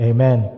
Amen